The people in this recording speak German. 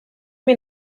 mir